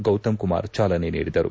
ಗೌತಮ್ ಕುಮಾರ್ ಚಾಲನೆ ನೀಡಿದರು